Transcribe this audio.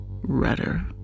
redder